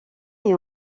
est